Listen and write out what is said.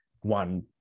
one